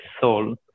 soul